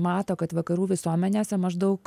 mato kad vakarų visuomenėse maždaug